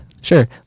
sure